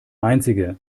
einzige